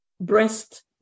breast